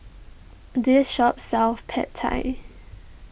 this shop sells Pad Thai